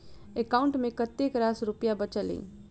account मे कतेक रास रुपया बचल एई